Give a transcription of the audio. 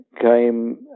came